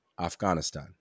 Afghanistan